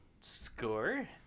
Score